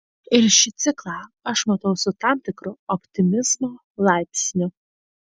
ir šį ciklą aš matau su tam tikru optimizmo laipsniu